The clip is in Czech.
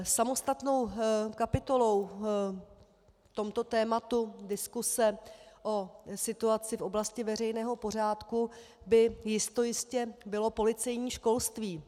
Samostatnou kapitolou v tomto tématu diskuse o situaci v oblasti veřejného pořádku by jistojistě bylo policejní školství.